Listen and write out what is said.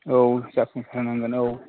औ जाफुंसारनांगोन औ